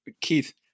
Keith